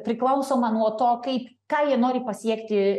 priklausoma nuo to kaip ką jie nori pasiekti